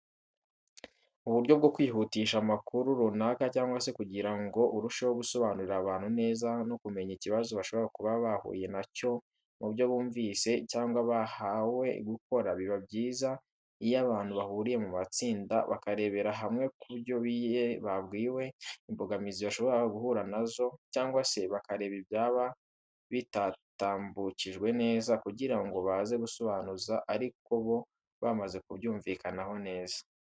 Mu buryo bwo kwihutisha amakuru runaka cyangwa se kugira ngo urusheho gusobanurira abantu neza no kumenya ikibazo bashobora kuba bahuye na cyo mu byo bumvise cyangwa bahawe gukora biba byiza. Iyo abantu bahuriye mu matsinda bakarebera hamwe ku byo babwiwe imbogamizi bashobora guhura na zo, cyangwa se bakareba ibyaba bitatambukijwe neza kugira ngo baze gusobanuza ariko bo bamaze kubyumvikanaho neza.